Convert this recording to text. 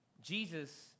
Jesus